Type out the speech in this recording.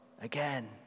again